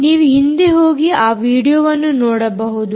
ನೀವು ಹಿಂದೆ ಹೋಗಿ ಆ ವಿಡಿಯೋವನ್ನು ನೋಡಬಹುದು